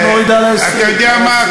אתה יודע מה,